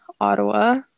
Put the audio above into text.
Ottawa